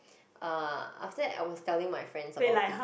uh after that I was telling my friends about it